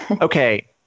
Okay